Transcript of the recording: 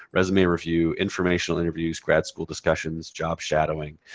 resume review. informational interviews. grad school discussions. job shadowing.